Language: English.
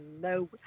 no